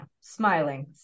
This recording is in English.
smiling